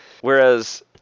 whereas